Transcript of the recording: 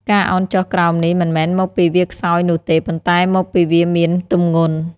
ការឱនចុះក្រោមនេះ មិនមែនមកពីវាខ្សោយនោះទេ ប៉ុន្តែមកពីវាមានទម្ងន់។